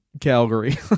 Calgary